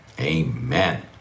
amen